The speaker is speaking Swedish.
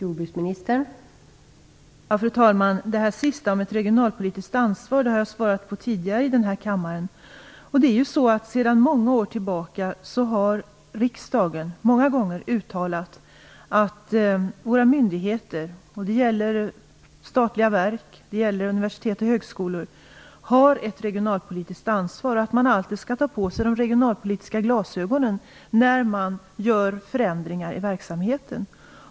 Fru talman! Det sista som Ragnhild Pohanka sade om ett regionalpolitiskt ansvar har jag svarat på tidigare här i kammaren. Sedan många år tillbaka har riksdagen många gånger uttalat att våra myndigheter har ett regionalpolitiskt ansvar och att man alltid skall ta på sig de regionalpolitiska glasögonen när man gör förändringar i verksamheten.